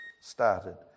started